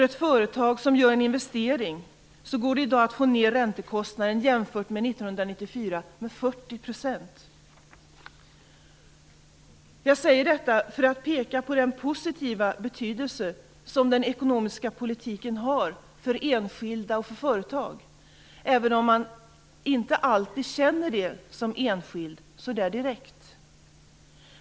Ett företag som gör en investering kan i dag få ned räntekostnaden jämfört med 1994 med 40 %. Jag säger detta för att peka på den positiva betydelse som den ekonomiska politiken har för enskilda och företag, även om man som enskild inte alltid känner det direkt.